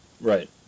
Right